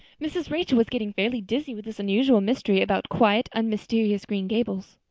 mrs. rachel was getting fairly dizzy with this unusual mystery about quiet, unmysterious green gables.